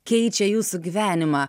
keičia jūsų gyvenimą